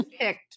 picked